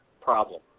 problem